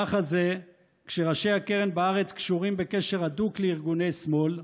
ככה זה כשראשי הקרן בארץ קשורים בקשר הדוק לארגוני שמאל.